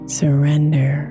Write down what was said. surrender